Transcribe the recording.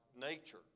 nature